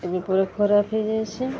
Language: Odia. ଏବେ ପୁରା ଖରାପ ହେଇଯାଇଛି